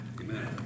Amen